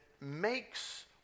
makes